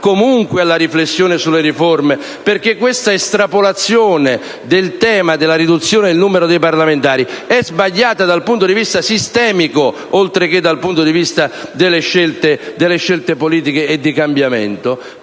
organicità alla riflessione sulle riforme. L'estrapolazione del tema della riduzione del numero dei parlamentari è sbagliata dal punto di vista sistemico, oltre che da quello delle scelte politiche e di cambiamento,